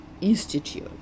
Institute